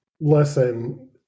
Listen